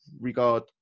regard